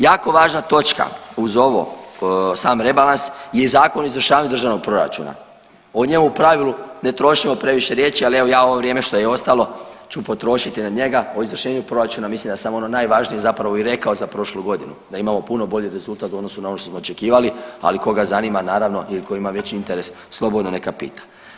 Jako važna točka uz ovo sam rebalans je i Zakon o izvršavanju državnog proračuna, on je u pravilu, ne trošimo previše riječi ali evo ja ovo vrijeme što je ostalo ću potrošiti na njega, o izvršenju proračuna, mislim da sam ono najvažnije zapravo i rekao za prošlu godinu, da imamo puno bolji rezultat u odnosu na ono što smo očekivali, ali koga zanima naravno i ko ima veći interes, slobodno neka pita.